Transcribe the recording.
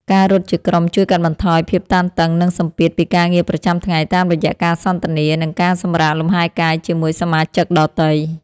ការរត់ជាក្រុមជួយកាត់បន្ថយភាពតានតឹង និងសម្ពាធពីការងារប្រចាំថ្ងៃ តាមរយៈការសន្ទនា និងការសម្រាកលំហែកាយជាមួយសមាជិកដទៃ។